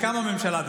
קמה ממשלה,